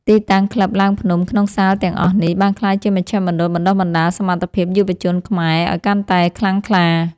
ទីតាំងក្លឹបឡើងភ្នំក្នុងសាលទាំងអស់នេះ បានក្លាយជាមជ្ឈមណ្ឌលបណ្ដុះបណ្ដាលសមត្ថភាពយុវជនខ្មែរឱ្យកាន់តែខ្លាំងក្លា។